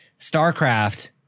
Starcraft